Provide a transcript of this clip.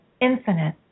infinite